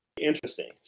interesting